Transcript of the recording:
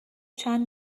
چند